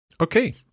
Okay